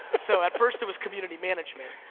so at first it was community management.